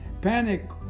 panic